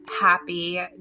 happy